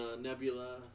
Nebula